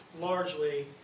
largely